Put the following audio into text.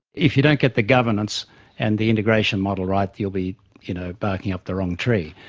if you don't get the governance and the integration model right you'll be you know barking up the wrong tree.